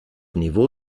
niveau